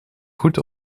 goed